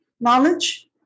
knowledge